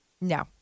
No